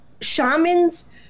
shamans